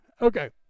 Okay